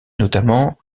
notamment